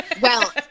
Well-